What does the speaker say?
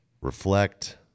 reflect